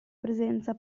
presenza